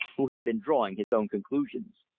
who had been drawing his own conclusions.